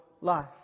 life